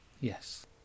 yes